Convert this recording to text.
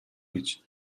гэж